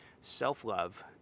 self-love